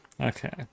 Okay